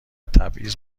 تبعیض